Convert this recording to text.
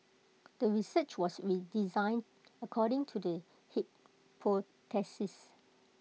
the research was designed according to the hypothesis